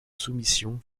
soumission